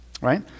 Right